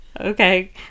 Okay